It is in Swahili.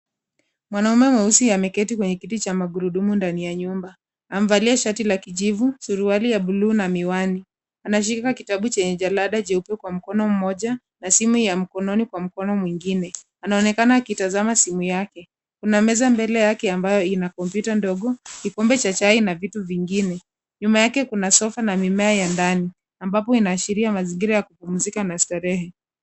Mwanaume mweusi ameketi kwenye kiti cha magurudumu ndani ya nyumba. Amevalia shati la kijivu, suruali ya buluu na miwani. Anashika kitabu chenye jalada jeupe kwa mkono mmoja na simu ya mkononi kwa mkono mwingine. Anaonekana akitazama simu yake. Kuna meza mbele yake ambayo ina. kompyuta ndogo, kikombe cha chai na vitu vingine. Nyuma yake kuna sofa na mimea ya ndani ambapo inaashiria mazingira ya kupumzika na starehe.